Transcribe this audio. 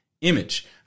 image